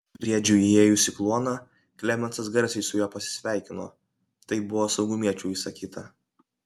briedžiui įėjus į kluoną klemensas garsiai su juo pasisveikino taip buvo saugumiečių įsakyta